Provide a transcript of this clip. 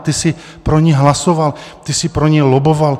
Ty jsi pro ni hlasoval, ty jsi pro ni lobboval.